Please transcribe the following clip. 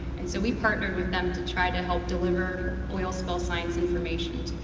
and so we partner with them to try to help deliver oil spill science information